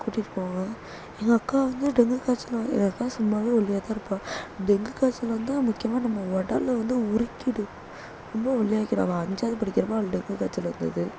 கூட்டிகிட்டு போவாங்க எங்கள் அக்கா வந்து டெங்கு காய்ச்சல் வ எங்கள் அக்கா சும்மாவே ஒல்லியாக தான் இருப்பாள் டெங்கு காய்ச்சல் முக்கியமாக நம்ம உடல வந்து உருக்கிவிடும் ரொம்ப ஒல்லியாக ஆக்கிவிடுங்க அஞ்சாது படிக்கிற அப்போ அவளுக்கு டெங்கு காய்ச்சல் வந்தது